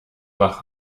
wach